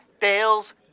Dale's